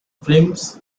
films